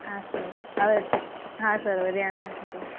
હા સર હવે હવે ધ્યાન રાખીશું